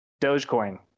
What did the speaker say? Dogecoin